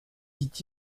dit